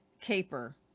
caper